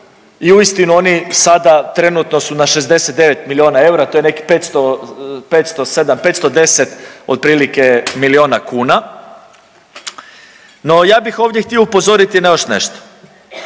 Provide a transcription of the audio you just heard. i uistinu oni sada trenutno su na 69 miliona eura to je nekih 500, 507, 510 otprilike miliona kuna. No ja bih htio upozoriti na još nešto.